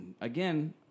again